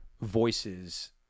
voices